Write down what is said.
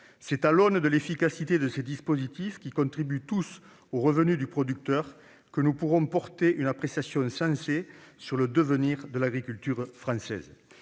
C'est à l'aune de l'efficacité de ces dispositifs, qui contribuent tous au revenu du producteur, que nous pourrons porter une appréciation censée sur le devenir de l'agriculture française.